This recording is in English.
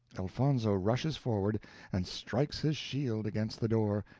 elfonzo rushes forward and strikes his shield against the door,